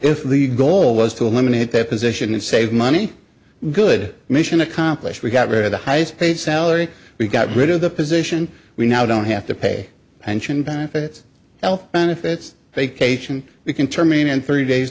if the goal was to eliminate that position and save money good mission accomplished we got rid of the highest paid salary we got rid of the position we now don't have to pay attention benefits health benefits vacation we can terminate in thirty days